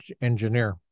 engineer